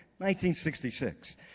1966